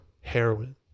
Heroin